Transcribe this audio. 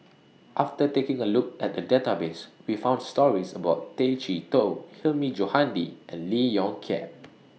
after taking A Look At The Database We found stories about Tay Chee Toh Hilmi Johandi and Lee Yong Kiat